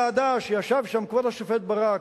הוועדה שישב בה כבוד השופט ברק,